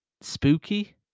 spooky